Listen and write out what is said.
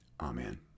Amen